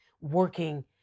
working